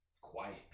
quiet